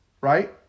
right